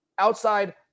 Outside